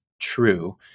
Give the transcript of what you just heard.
true